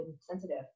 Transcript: sensitive